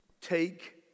take